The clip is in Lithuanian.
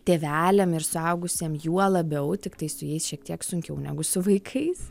tėveliam ir suaugusiem juo labiau tiktai su jais šiek tiek sunkiau negu su vaikais